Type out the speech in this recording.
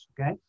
okay